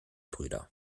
brüder